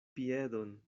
piedon